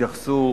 שהתייחסו